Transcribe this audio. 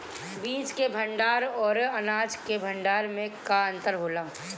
बीज के भंडार औरी अनाज के भंडारन में का अंतर होला?